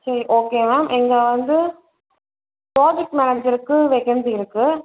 சரி okay ma'am இங்கே வந்து ப்ரோஜெக்ட் மேனஜருக்கு வேக்கன்சி இருக்குது